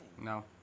No